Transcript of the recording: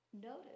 notice